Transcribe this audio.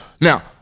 now